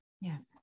Yes